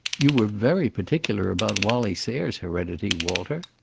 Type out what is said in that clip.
you were very particular about wallie sayre's heredity, walter.